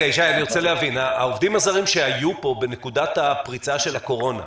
אני רוצה להבין: העובדים הזרים שהיו פה בנקודת הפריצה של הקורונה,